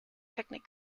picnic